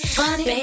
funny